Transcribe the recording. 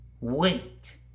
Wait